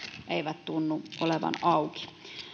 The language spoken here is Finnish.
eivät tunnu olevan auki